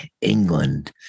England